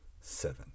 seven